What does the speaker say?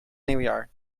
nieuwjaar